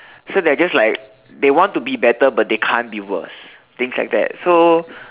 so they're just like they want to be better but they can't be worse things like that so